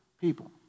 people